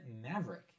Maverick